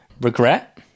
regret